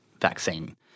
vaccine